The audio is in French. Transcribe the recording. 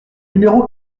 numéro